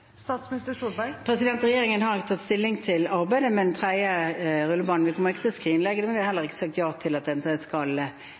Regjeringen har ikke tatt stilling til arbeidet med en tredje rullebane. Vi kommer ikke til å skrinlegge det; vi